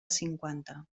cinquanta